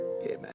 Amen